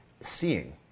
seeing